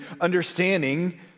understanding